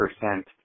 percent